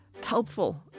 helpful